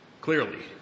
Clearly